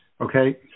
okay